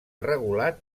regulat